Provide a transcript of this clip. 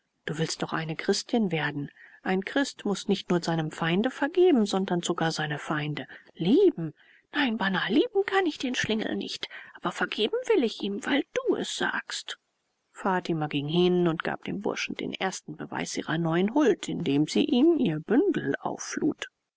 du willst doch eine christin werden ein christ muß nicht nur seinem feinde vergeben sondern sogar seine feinde lieben nein bana lieben kann ich den schlingel nicht aber vergeben will ich ihm weil du es sagst fatima ging hin und gab dem burschen den ersten beweis ihrer neuen huld indem sie ihm ihr bündel auflud